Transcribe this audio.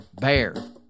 BEAR